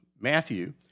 Matthew